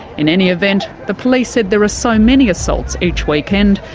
in any event, the police said there are so many assaults each weekend,